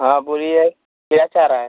हाँ बोलिए क्या कह रहे हैं